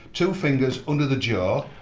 two fingers under the jaw,